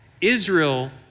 Israel